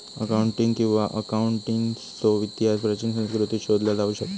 accounting किंवा अकाउंटन्सीचो इतिहास प्राचीन संस्कृतींत शोधला जाऊ शकता